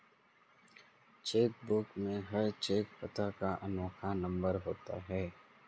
check book में हर cheque पता का अनोखा नंबर होता है